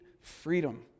freedom